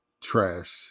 trash